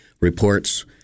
reports